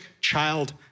child